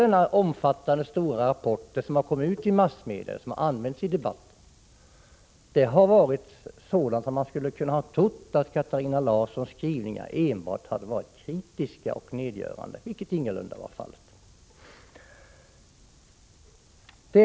Men det som har redovisats i massmedia från hela denna omfattande rapport, och som har använts i debatten, har varit sådant att man kunde ha trott att Katarina Larssons skrivningar enbart varit kritiska och nedgörande, vilket ingalunda var fallet.